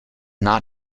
not